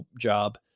job